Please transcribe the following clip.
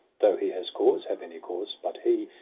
though he has cause, have any cause but he,